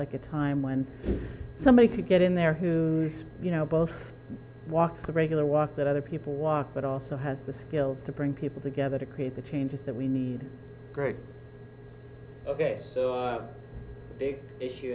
like a time when somebody could get in there who's you know both walk the regular walk that other people walk but also has the skills to bring people together to create the changes that we need great ok big issue